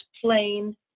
plain